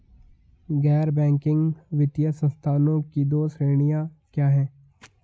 गैर बैंकिंग वित्तीय संस्थानों की दो श्रेणियाँ क्या हैं?